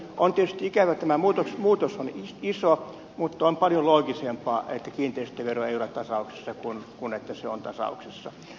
on tietysti ikävää ja tämä muutos on iso mutta on paljon loogisempaa että kiinteistövero ei ole tasauksessa kuin että se on tasauksessa